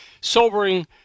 sobering